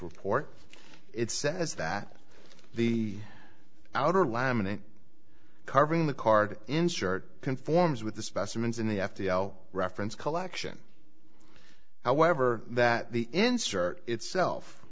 report it says that the outer laminate covering the card insert conforms with the specimens in the f t l reference collection however that the insert itself